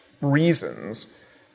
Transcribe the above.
reasons